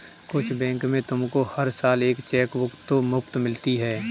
कुछ बैंक में तुमको हर साल एक चेकबुक तो मुफ़्त मिलती है